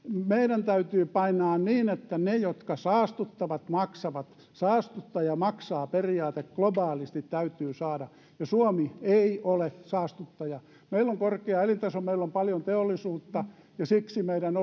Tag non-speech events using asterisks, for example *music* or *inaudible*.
meidän täytyy painaa niin että ne jotka saastuttavat maksavat saastuttaja maksaa periaate globaalisti täytyy saada ja suomi ei ole saastuttaja meillä on korkea elintaso meillä on paljon teollisuutta ja siksi meidän *unintelligible*